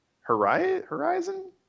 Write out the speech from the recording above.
Horizon